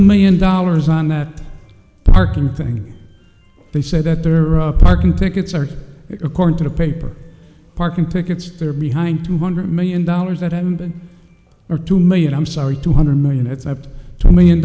two million dollars on that parking thing they say that there are up parking tickets or according to the paper parking tickets they're behind two hundred million dollars that haven't been or two million i'm sorry two hundred million it's up to two million